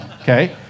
okay